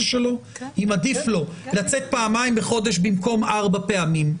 שלו אם עדיף לו לצאת פעמיים בחודש במקום ארבע פעמים.